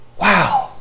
Wow